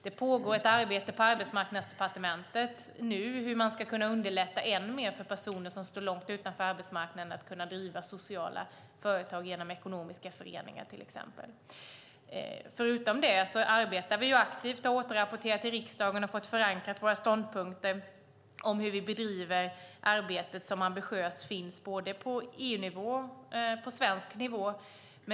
Det pågår ett arbete på Arbetsmarknadsdepartementet om hur man ska kunna underlätta ännu mer för personer som står långt utanför arbetsmarknaden att kunna driva sociala företag genom ekonomiska föreningar till exempel. Förutom det arbetar vi aktivt och återrapporterar till riksdagen och har fått våra ståndpunkter förankrade när det gäller hur vi bedriver det ambitiösa arbete som finns både på EU-nivå och på svensk nivå.